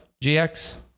gx